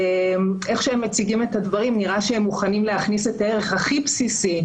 לפי הצגתם את הדברים נראה שהם מוכנים להכניס את הערך הכי בסיסי,